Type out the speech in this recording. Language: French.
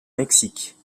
mexique